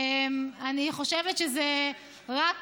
אני חושבת שזה רק